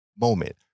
moment